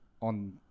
on